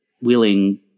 willing